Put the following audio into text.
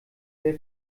sehr